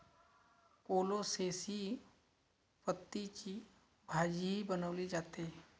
कोलोसेसी पतींची भाजीही बनवली जाते